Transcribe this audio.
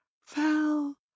fell